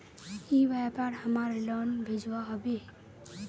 ई व्यापार हमार लोन भेजुआ हभे?